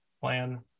plan